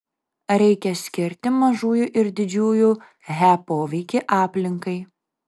reikia skirti mažųjų ir didžiųjų he poveikį aplinkai